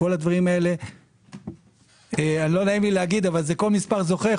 לא נעים לי לומר אבל כל מספר זוכה.